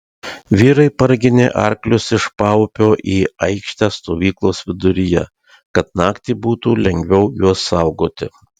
vyrai parginė arklius iš paupio į aikštę stovyklos viduryje kad naktį būtų lengviau juos saugoti